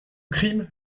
crime